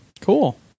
Cool